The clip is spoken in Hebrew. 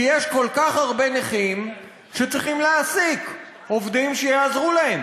כי יש כל כך הרבה נכים שצריכים להעסיק עובדים שיעזרו להם